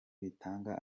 bitanga